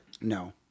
no